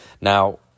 Now